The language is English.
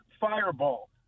fireball